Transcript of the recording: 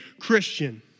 Christian